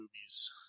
movies